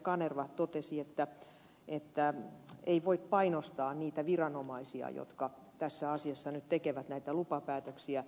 kanerva totesi että ei voi painostaa niitä viranomaisia jotka tässä asiassa nyt tekevät näitä lupapäätöksiä